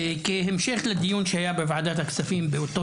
כהמשך לדיון שהיה בוועדת הכספים באותו